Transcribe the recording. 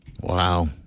Wow